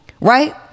right